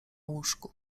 łóżku